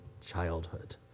childhood